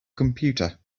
computer